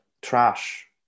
trash